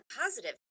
positive